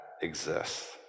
exists